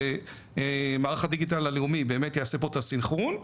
ומערך הדיגיטל הלאומי יעשה את הסנכרון,